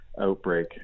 outbreak